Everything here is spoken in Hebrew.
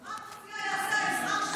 מה את מציעה שיעשה האזרח שיתלונן על שופט?